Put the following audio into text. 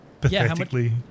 pathetically